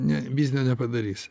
ne biznio nepadarysi